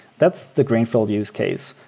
that's the greenfield use case.